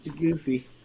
goofy